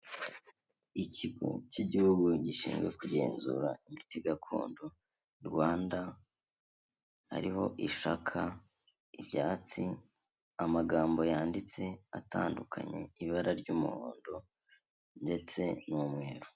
Ikigo cy'Igihugu gishinzwe kugenzura imiti gakondo Rwanda, hariho ishaka, ibyatsi, amagambo yanditse atandukanye, ibara ry'umuhondo ndetse n'umweru.